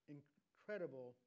Incredible